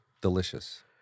Delicious